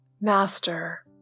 master